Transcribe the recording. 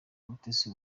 mutesi